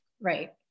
Right